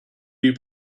you